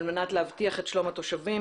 על מנת להבטיח את שלום התושבים,